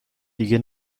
دیگه